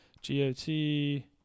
G-O-T